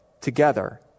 together